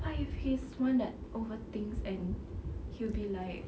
what if he's one that overthinks and he will be like